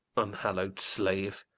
unhallowed slave!